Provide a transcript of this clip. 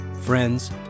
Friends